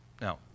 Now